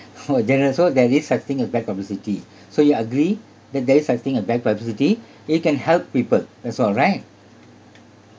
for gener~ so there is such thing a bad publicity so you agree that there is such thing a bad publicity it can help people as well right